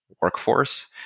workforce